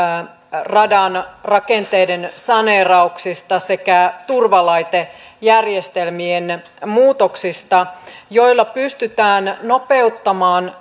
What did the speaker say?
radan rakenteiden saneerauksista sekä turvalaitejärjestelmien muutoksista joilla pystytään nopeuttamaan